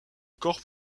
corps